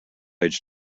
age